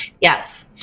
yes